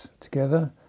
together